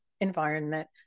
environment